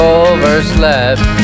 overslept